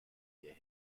ihr